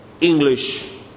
English